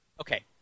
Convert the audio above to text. Okay